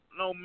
no